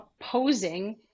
opposing